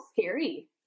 scary